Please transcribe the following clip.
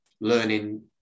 learning